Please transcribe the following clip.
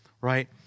right